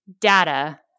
data